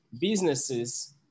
businesses